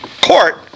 court